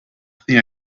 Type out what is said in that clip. think